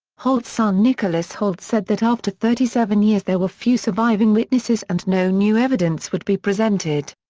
holt's son nicholas holt said that after thirty seven years there were few surviving witnesses and no new evidence would be presented.